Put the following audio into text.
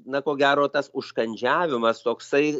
na ko gero tas užkandžiavimas toksai